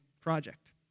project